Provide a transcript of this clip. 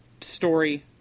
story